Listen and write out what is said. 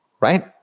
Right